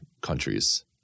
countries